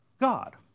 God